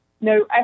No